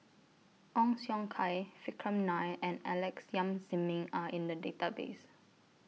Ong Siong Kai Vikram Nair and Alex Yam Ziming Are in The Database